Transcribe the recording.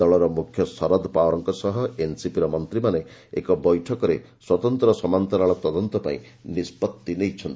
ଦଳର ମୁଖ୍ୟ ଶରଦ ପାୱାରଙ୍କ ସହ ଏନ୍ସିପିର ମନ୍ତ୍ରୀମାନେ ଏକ ବୈଠକରେ ସ୍ୱତନ୍ତ୍ର ସମାନ୍ତରାଳ ତଦନ୍ତ ପାଇଁ ନିଷ୍ପଭି ନେଇଛନ୍ତି